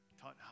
taught